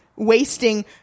Wasting